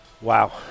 Wow